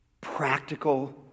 practical